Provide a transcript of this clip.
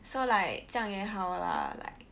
so like 这样也好 lah like